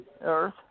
earth